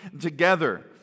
together